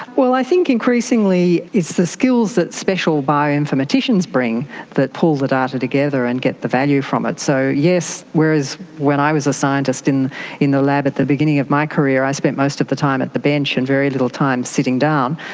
well, i think increasingly it's the skills that special bioinformaticians bring that pull the data together and get the value from it. so yes, whereas when i was a scientist in in the lab at the beginning of my career i spent most the time at the bench and very little time sitting down,